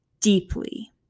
deeply